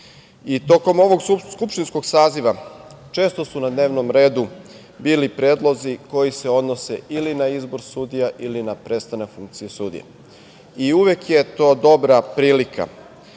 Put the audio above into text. pitanja. Tokom ovog skupštinskog saziva često su na dnevnom redu bili predlozi koji se odnose ili na izbor sudija ili na prestanak funkcije sudija. I uvek je to dobra prilika